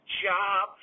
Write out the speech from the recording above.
job